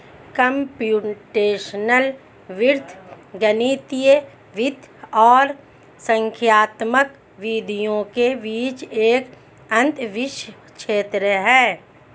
computational वित्त गणितीय वित्त और संख्यात्मक विधियों के बीच एक अंतःविषय क्षेत्र है